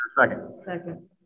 Second